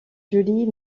julie